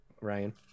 Ryan